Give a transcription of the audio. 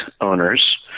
owners